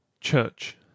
CHURCH